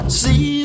see